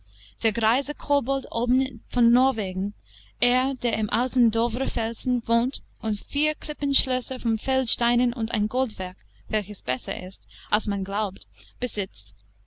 der greise kobold oben von norwegen er der im alten dovrefelsen wohnt und vier klippenschlösser von feldsteinen und ein goldwerk welches besser ist als man glaubt besitzt